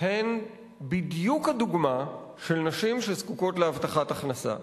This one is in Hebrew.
הן בדיוק הדוגמה לנשים שזקוקות להבטחת הכנסה.